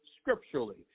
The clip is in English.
scripturally